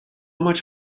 much